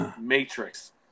Matrix